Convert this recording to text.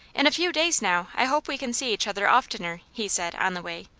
in a few days now i hope we can see each other oftener, he said, on the way.